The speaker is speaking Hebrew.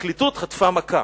הפרקליטות חטפה מכה.